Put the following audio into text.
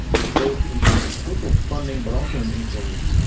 ah both in terms of political funding but also an influence,